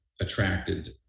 attracted